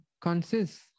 consists